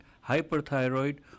hyperthyroid